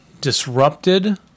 disrupted